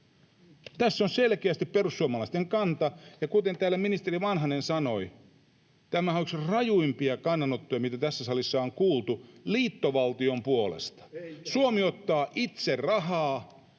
Tässä on selkeästi perussuomalaisten kanta, ja kuten täällä ministeri Vanhanen sanoi, tämähän on yksi rajuimpia kannanottoja, mitä tässä salissa on kuultu liittovaltion puolesta. [Toimi Kankaanniemi: